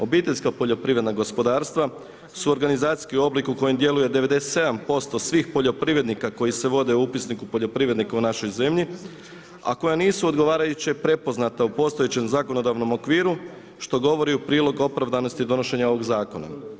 Obiteljska poljoprivredna gospodarstva su organizacijski oblik u kojem djeluje 97% svih poljoprivrednika koji se vode u upisniku poljoprivrednika u našoj zemlji a koja nisu odgovarajuće prepoznata u postojećem zakonodavnom okviru što govori u prilog opravdanosti donošenja ovog zakona.